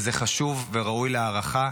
וזה חשוב וראוי להערכה.